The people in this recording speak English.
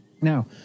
Now